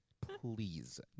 Please